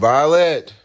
Violet